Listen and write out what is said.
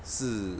是